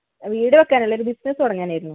വീട് വെക്കാനല്ല ഒരു ബിസിനസ്സ് തുടങ്ങാനായിരുന്നു